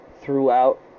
throughout